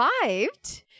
survived